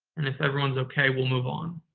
and if everyone's okay, we'll move on.